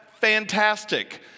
fantastic